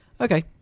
Okay